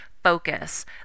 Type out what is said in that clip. Focus